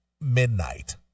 midnight